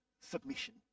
submission